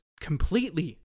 completely